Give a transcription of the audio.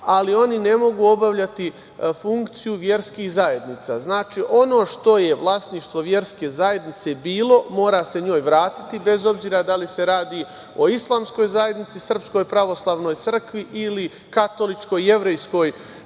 ali oni ne mogu obavljati funkciju verskih zajednica. Znači, ono što je vlasništvo verske zajednice bilo mora se njoj vratiti, bez obzira da li se radi o islamskoj zajednici, SPC ili katoličkoj ili jevrejskoj